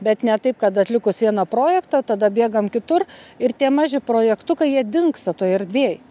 bet ne taip kad atlikus vieną projektą tada bėgam kitur ir tie maži projektukai jie dingsta toj erdvėj